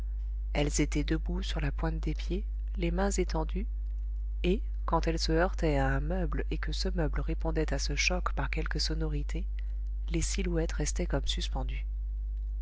elles étaient debout sur la pointe des pieds les mains étendues et quand elles se heurtaient à un meuble et que ce meuble répondait à ce choc par quelque sonorité les silhouettes restaient comme suspendues